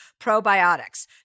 probiotics